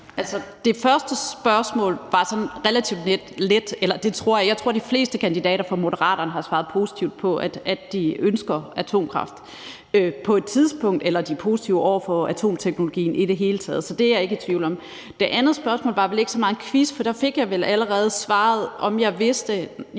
det første spørgsmål var sådan relativt let. Jeg tror, de fleste af kandidater fra Moderaterne har svaret positivt på, at de ønsker atomkraft på et tidspunkt, eller at de er positive over for atomteknologien i det hele taget – så det er jeg ikke i tvivl om. Det andet spørgsmål var vel ikke så meget en quiz, for der fik jeg vel allerede svaret, men, nej, jeg vidste